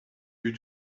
due